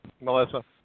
Melissa